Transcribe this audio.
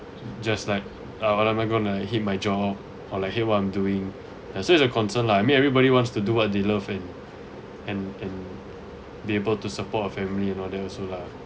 just like uh what am I gonna hate my job or like hate what I'm doing and so it's a concern lah I mean everybody wants to do what they love and and and be able to support a family and all that also lah